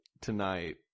Tonight